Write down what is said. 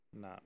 No